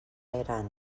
eren